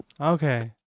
Okay